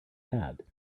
had